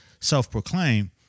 self-proclaimed